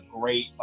great